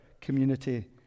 community